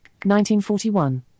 1941